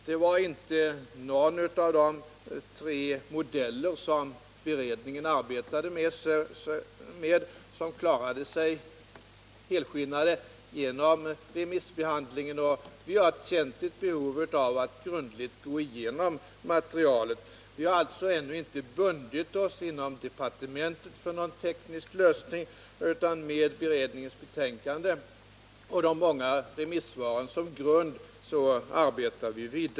Det var inte någon av de tre modeller som beredningen arbetade med som klarade sig helskinnad genom remissbehandlingen, och vi har därför känt ett behov av att grundligt gå igenom materialet. Vi har inom departementet alltså ännu inte bundit oss för någon teknisk 81 lösning, utan vi arbetar vidare med beredningens betänkande och de många remissvaren som grund.